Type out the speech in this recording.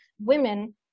women